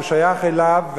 הוא שייך להם,